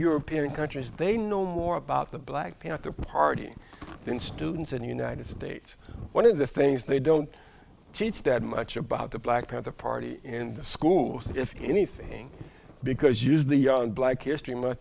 european countries they know more about the black panther party than students in the united states one of the things they don't teach that much about the black panther party in the schools if anything because use the young black history month